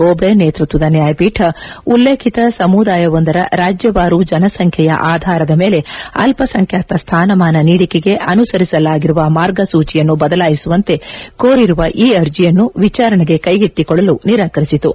ಬೋಬ್ಡೆ ನೇತೃತ್ವದ ನ್ನಾಯಪೀಠ ಉಲ್ಲೇಖಿತ ಸಮುದಾಯವೊಂದರ ರಾಜ್ಯವಾರು ಜನಸಂಖ್ಯೆಯ ಆಧಾರದ ಮೇಲೆ ಅಲ್ಪಸಂಖ್ಯಾತ ಸ್ಥಾನಮಾನ ನೀಡಿಕೆಗೆ ಅನುಸರಿಸಲಾಗಿರುವ ಮಾರ್ಗಸೂಚಿಯನ್ನು ಬದಲಾಯಿಸುವಂತೆ ಕೋರಿರುವ ಈ ಅರ್ಜಿಯನ್ನು ವಿಚಾರಣೆಗೆ ಕ್ಲೆಗೆತ್ತಿಕೊಳ್ಳಲು ನಿರಾಕರಿಸಿತು